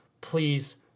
please